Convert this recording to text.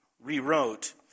rewrote